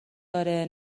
داره